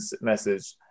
message